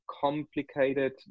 complicated